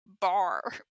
bar